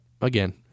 again